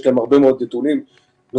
יש כאן הרבה מאוד נתונים נוספים.